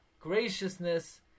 graciousness